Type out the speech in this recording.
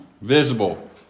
Visible